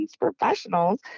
professionals